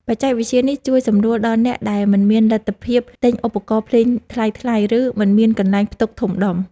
បច្ចេកវិទ្យានេះជួយសម្រួលដល់អ្នកដែលមិនមានលទ្ធភាពទិញឧបករណ៍ភ្លេងថ្លៃៗ ឬ មិនមានកន្លែងផ្ទុកធំដុំ។